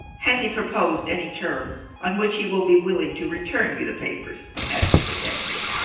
has he proposed any terms on which he will be willing to return you the papers? asked the detective.